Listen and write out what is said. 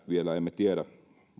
vielä emme tiedä